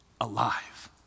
alive